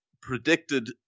predicted